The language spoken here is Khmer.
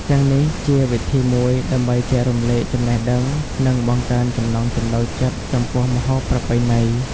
ទាំងនេះជាវិធីមួយដើម្បីចែករំលែកចំណេះដឹង និងបង្កើនចំណង់ចំណូលចិត្តចំពោះម្ហូបប្រពៃណី។